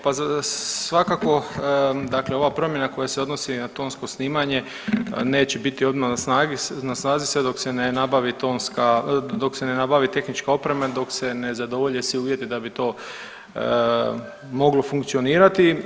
Pa svakako, dakle ova promjena koja se odnosi na tonsko snimanje neće biti odmah na snazi sve dok se ne nabavi tonska, dok se ne nabavi tehnička oprema i dok se ne zadovolje svi uvjeti da bi to moglo funkcionirati.